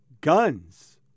guns